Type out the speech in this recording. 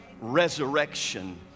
resurrection